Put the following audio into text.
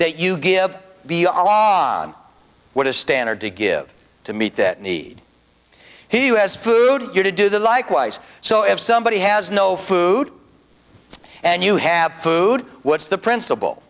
that you give be off on what is standard to give to meet that need he who has food here to do the likewise so if somebody has no food and you have food what's the princip